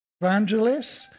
evangelists